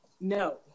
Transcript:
No